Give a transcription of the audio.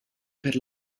per